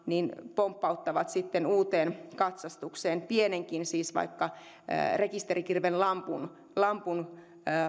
pompauttavat sitten uuteen katsastukseen pienetkin siis vaikka rekisterikilven lampun lampun